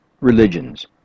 religions